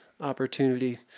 opportunity